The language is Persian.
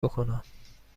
بکنم